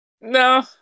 No